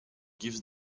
gives